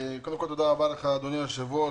קודם כל תודה רבה לך אדוני היושב-ראש,